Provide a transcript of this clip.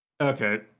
Okay